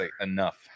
enough